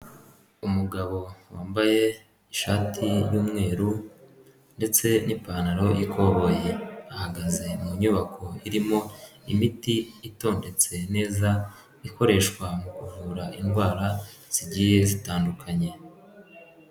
Umugabo wambaye ishati y'umweru ndetse n'ipantaro y'ikoboyi ahagaze mu nyubako irimo imiti itondetse neza ikoreshwa mu kuvura indwara zigiye zitandukanye.